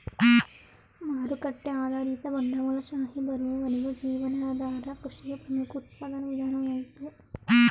ಮಾರುಕಟ್ಟೆ ಆಧಾರಿತ ಬಂಡವಾಳಶಾಹಿ ಬರುವವರೆಗೂ ಜೀವನಾಧಾರ ಕೃಷಿಯು ಪ್ರಮುಖ ಉತ್ಪಾದನಾ ವಿಧಾನವಾಗಿತ್ತು